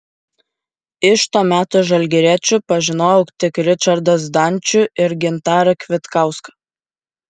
iš to meto žalgiriečių pažinojau tik ričardą zdančių ir gintarą kvitkauską